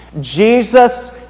Jesus